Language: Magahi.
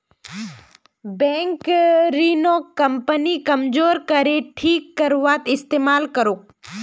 बैंक ऋणक कंपनीर कमजोर कड़ी ठीक करवात इस्तमाल करोक